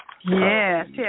Yes